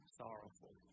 sorrowful